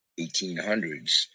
1800s